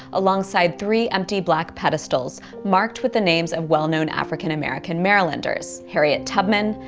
alongside three empty black pedestals marked with the names of well-known african-american marylanders, harriet tubman,